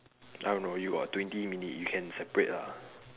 I don't know you got twenty minutes you can separate lah